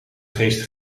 geest